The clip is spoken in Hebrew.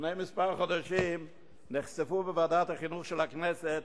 לפני כמה חודשים נחשפו בוועדת החינוך של הכנסת